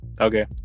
Okay